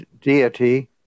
deity